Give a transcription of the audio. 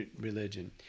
religion